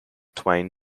twain